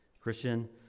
Christian